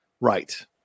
right